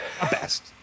best